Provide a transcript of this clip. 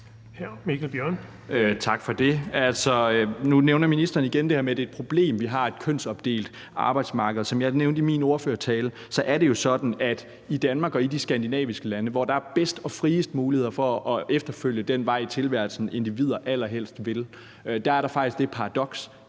Tak for det. Nu nævner ministeren igen det her med, at det er et problem, at vi har et kønsopdelt arbejdsmarked. Som jeg nævnte i min ordførertale, er det jo sådan, at i Danmark og i de skandinaviske lande, hvor der er de bedste og frieste muligheder for at forfølge den vej i tilværelsen, man som individ allerhelst vil, er der faktisk det paradoks,